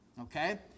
okay